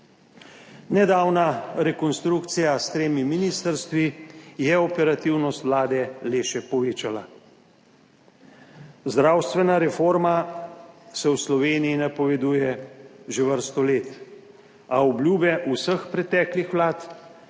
Nedavna rekonstrukcija s tremi ministrstvi je operativnost vlade le še povečala. Zdravstvena reforma se v Sloveniji napoveduje že vrsto let, a obljube vseh preteklih vlad,